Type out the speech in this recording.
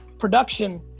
production,